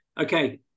okay